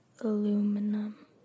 aluminum